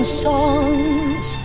songs